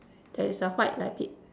there is a white rabbit